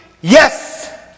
yes